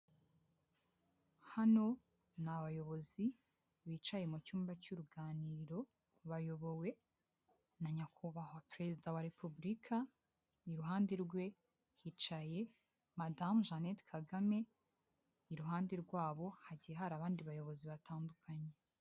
Hano ni abayobozi bicaye mu cyumba cy'uruganiriro bayobowe na nyakubahwa perezida wa repubulika, iruhande rwe hicaye madamu Jeannette Kagame, iruhande rwabo hagiye hari abandi bayobozi batandukanye.